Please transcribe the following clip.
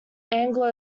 anglo